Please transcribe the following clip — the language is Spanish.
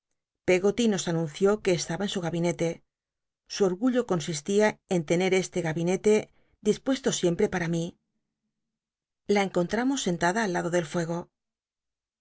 ty nos anuncio que estaba en su gabinete su orgullo consistía en tener este gabinete dispuesto sicm i'c para mí la encontramos sentada al lado del fuego